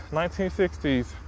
1960s